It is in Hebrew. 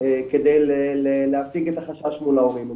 כדי להפיג את החשש מול ההורים.